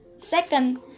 second